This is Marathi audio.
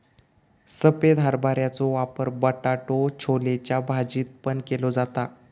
सफेद हरभऱ्याचो वापर बटाटो छोलेच्या भाजीत पण केलो जाता